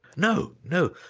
no, no.